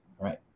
right